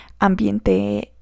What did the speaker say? Ambiente